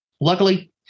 Luckily